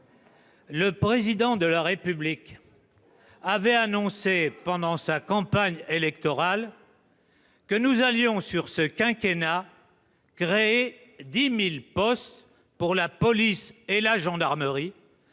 le Président de la République avait annoncé, pendant sa campagne électorale, que nous allions, durant ce quinquennat, créer 10 000 postes dans la police et la gendarmerie,